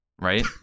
right